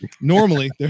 normally